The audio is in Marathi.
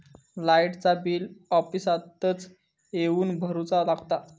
लाईटाचा बिल ऑफिसातच येवन भरुचा लागता?